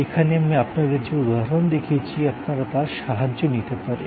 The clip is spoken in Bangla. এখানে আমি আপনাদের যে উদাহরণ দেখিয়েছি আপনারা তার সাহায্য নিতে পারেন